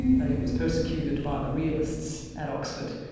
though he was persecuted by the realists at oxford,